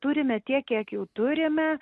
turime tiek kiek jų turime